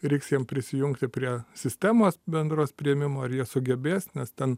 reiks jiems prisijungti prie sistemos bendros priėmimo ar jie sugebės nes ten